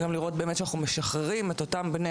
וצריך לראות שאנחנו משחררים את אותם בני